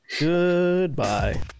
Goodbye